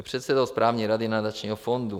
Je předsedou správní rady nadačního fondu